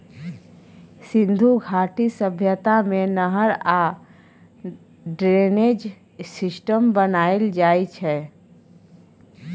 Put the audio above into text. सिन्धु घाटी सभ्यता मे नहर आ ड्रेनेज सिस्टम बनाएल जाइ छै